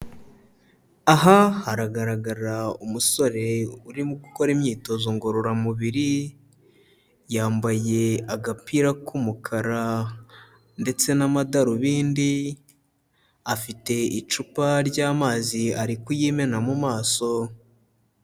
Aha haragaragara umusore urimo gukora imyitozo ngororamubiri, yambaye agapira k'umukara ndetse n'amadarubindi, afite icupa ry'amazi ari kuyimena mu maso.